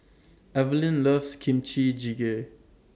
Evelyne loves Kimchi Jjigae